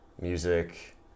music